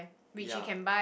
ya